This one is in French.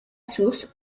source